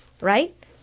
right